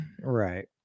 Right